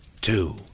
Two